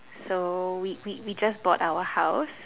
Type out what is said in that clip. so we we we just bought our house